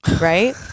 right